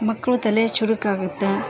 ಮಕ್ಕಳು ತಲೆ ಚುರುಕಾಗುತ್ತೆ